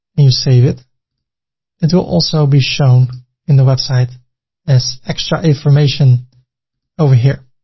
you save it and it will also be shown in the website as extra information over here.